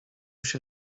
się